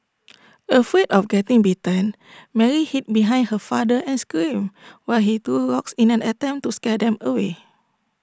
afraid of getting bitten Mary hid behind her father and screamed while he threw rocks in an attempt to scare them away